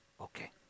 Okay